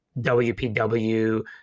WPW